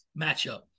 matchup